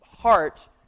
heart